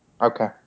Okay